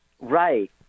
Right